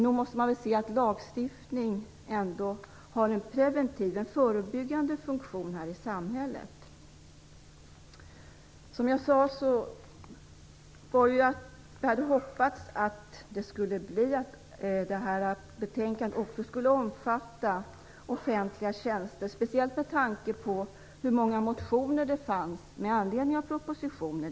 Nu måste man säga att lagstiftning ändå har en förebyggande funktion i samhället. Som jag sade hade jag hoppats att lagen även skulle omfatta offentliga tjänster, speciellt med tanke på hur många motioner det väcktes med anledning av propostionen.